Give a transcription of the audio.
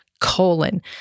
colon